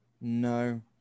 No